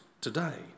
today